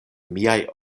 miaj